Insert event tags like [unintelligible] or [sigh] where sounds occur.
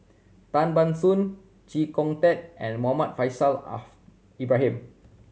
Tan Ban Soon Chee Kong Tet and Muhammad Faishal [unintelligible] Ibrahim